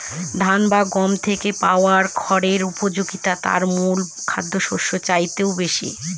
ধান বা গম থেকে পাওয়া খড়ের উপযোগিতা তার মূল খাদ্যশস্যের চাইতেও বেশি